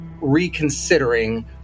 reconsidering